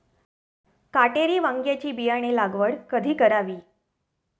काटेरी वांग्याची बियाणे लागवड कधी करावी?